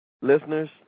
listeners